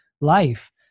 life